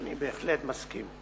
אני בהחלט מסכים.